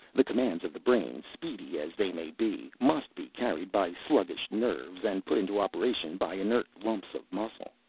the commands of the brain, speedy as they may be, must be carried by sluggish nerves and put into operation by inert lumps of muscle.